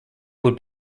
would